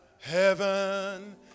Heaven